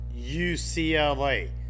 UCLA